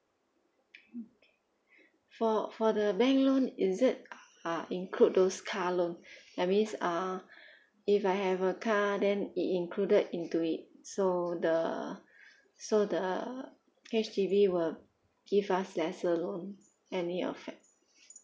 mm for for the bank loan is it uh include those car loan that means uh if I have a car then it included into it so the so the H_D_B will give us lesser loan any affect